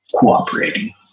cooperating